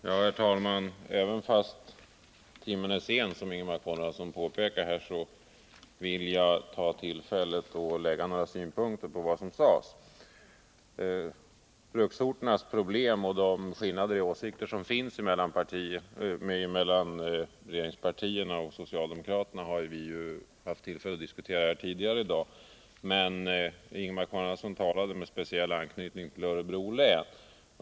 Herr talman! Trots att timmen är sen, som Ingemar Konradsson påpekade, vill jag replikera vad som nyss sades. Bruksorternas problem och de skillnader i åsikter som finns mellan regeringspartierna och socialdemokraterna har vi haft tillfälle att diskutera här tidigare i dag, men Ingemar Konradsson talade med speciell anknytning till Örebro län.